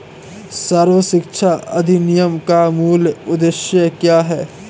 सर्व शिक्षा अभियान का मूल उद्देश्य क्या है?